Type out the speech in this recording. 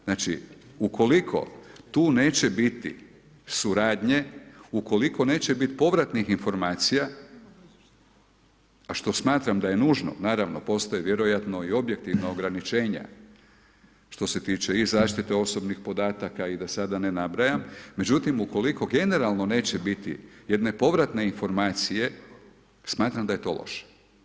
Znači, ukoliko tu neće biti suradnje, ukoliko neće biti povratnih informacija, a što smatram da je nužno naravno postoje vjerojatno i objektivna ograničenja, što se tiče i zaštite osobnih podataka i da sada ne nabrajam, međutim ukoliko generalno neće biti jedne povratne informacije, smatram da je to loše.